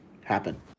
happen